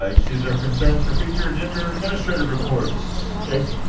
issues or concerns for future agenda or administrative reports? jason?